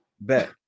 Bet